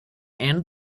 and